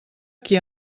qui